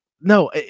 no